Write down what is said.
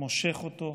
מושך אותו,